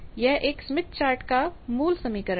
यह एक Smith chart का मूल समीकरण है